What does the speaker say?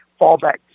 fallback